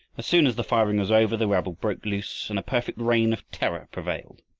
as soon as the firing was over, the rabble broke loose and a perfect reign of terror prevailed.